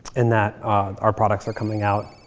and that our products are coming out